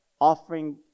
offering